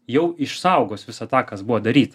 jau išsaugos visą tą kas buvo daryta